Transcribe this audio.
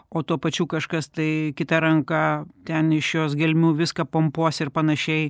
o tuo pačiu kažkas tai kita ranka ten iš jos gelmių viską pumpuos ir panašiai